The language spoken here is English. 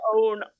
own